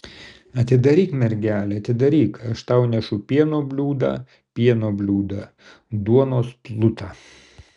atidaryk mergele atidaryk aš tau nešu pieno bliūdą pieno bliūdą duonos plutą